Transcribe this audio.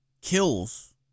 kills